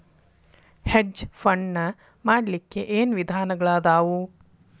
Hedge fund ನ ಮಾಡ್ಲಿಕ್ಕೆ ಏನ್ ವಿಧಾನಗಳದಾವು?